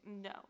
no